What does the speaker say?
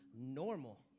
normal